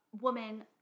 woman